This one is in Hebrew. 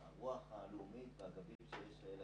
והוא יוצא מיד.